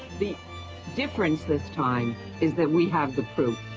the difference this time is that we have the proof.